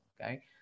okay